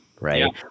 right